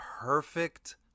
perfect